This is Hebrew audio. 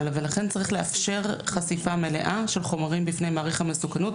ולכן צריך לאפשר חשיפה מלאה של חומרים בפני מעריך המסוכנות,